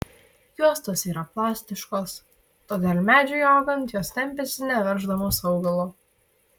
juostos yra plastiškos todėl medžiui augant jos tempiasi neverždamos augalo